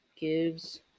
gives